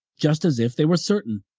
just as if they were certain.